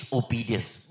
obedience